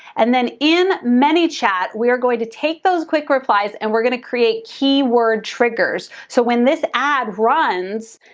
and then in manychat, we are going to take those quick replies and we're gonna create key word triggers. so when this ad runs,